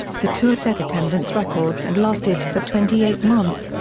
the tour set attendance records and lasted for twenty eight months,